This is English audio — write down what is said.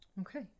Okay